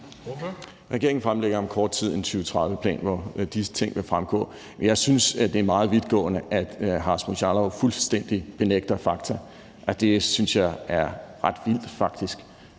Regeringen fremlægger om kort tid en 2030-plan, hvoraf disse ting vil fremgå. Jeg synes, det er meget vidtgående, at hr. Rasmus Jarlov fuldstændig benægter fakta; det synes jeg faktisk